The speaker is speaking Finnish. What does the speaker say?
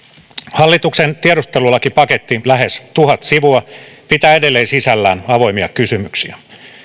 hallituksen tiedustelulakipaketti lähes tuhat sivua pitää edelleen sisällään avoimia kysymyksiä